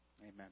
Amen